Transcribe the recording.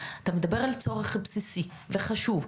אתה מדבר על צורך בסיסי וחשוב,